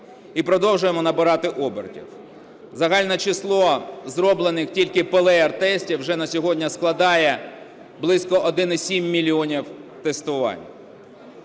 і продовжуємо набирати оберти. Загальне число зроблених тільки ПЛР-тестів вже на сьогодні складає близько 1,7 мільйони тестувань.